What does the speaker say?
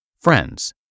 Friends